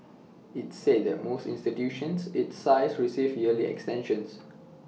IT said that most institutions its size receive yearly extensions